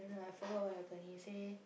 don't know I forgot what happen he say